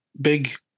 big